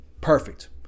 Perfect